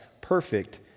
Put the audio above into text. perfect